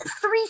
three